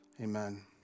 amen